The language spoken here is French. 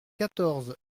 quatorze